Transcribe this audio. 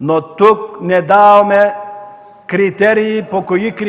Но тук не даваме критерии, по които